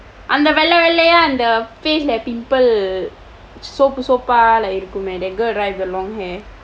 அந்த வெள்ளை வெள்ளையா அந்த:antha vellai vellaiyaa andtha face இல்ல:illa pimple சிவப்பு சிவப்பா:sivappu sivappa like இருக்கும்லே:irukkumlee that girl right the long hair